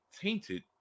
tainted